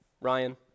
Ryan